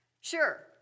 Sure